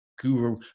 guru